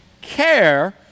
care